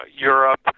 Europe